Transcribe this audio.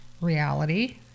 reality